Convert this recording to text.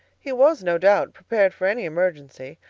he was no doubt prepared for any emergency,